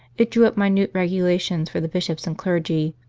it drew up minute regulations for the bishops and clergy,